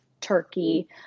turkey